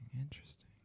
Interesting